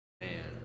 Man